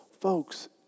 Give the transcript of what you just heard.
folks